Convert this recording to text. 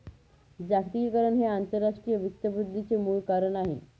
जागतिकीकरण हे आंतरराष्ट्रीय वित्त वृद्धीचे मूळ कारण आहे